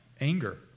anger